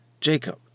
Jacob